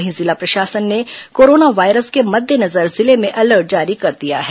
वहीं जिला प्रशासन ने कोरोना वायरस के मद्देनजर जिले में अलर्ट जारी कर दिया है